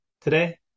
today